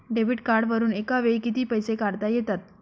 Debit कार्डवरुन एका वेळी किती पैसे काढता येतात?